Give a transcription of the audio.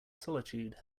solitude